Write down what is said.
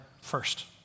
first